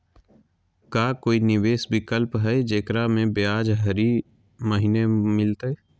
का कोई निवेस विकल्प हई, जेकरा में ब्याज हरी महीने मिलतई?